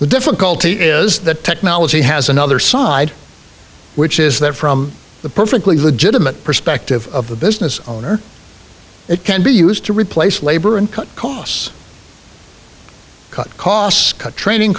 the difficulty is that technology has another side which is that from the perfectly legitimate perspective of the business owner it can be used to replace labor and cut costs cut costs cut